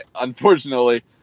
Unfortunately